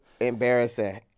embarrassing